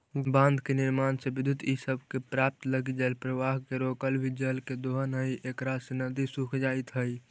बाँध के निर्माण से विद्युत इ सब के प्राप्त लगी जलप्रवाह के रोकला भी जल के दोहन हई इकरा से नदि सूख जाइत हई